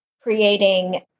creating